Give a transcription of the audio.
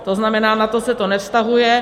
To znamená, na to se to nevztahuje.